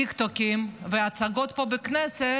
טיקטוקים והצגות פה בכנסת,